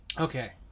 Okay